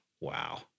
Wow